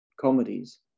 comedies